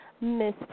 Miss